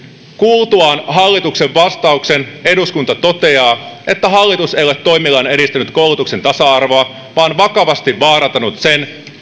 kuultuaan hallituksen vastauksen eduskunta toteaa että hallitus ei ole toimillaan edistänyt koulutuksen tasa arvoa vaan vakavasti vaarantanut sen